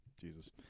Jesus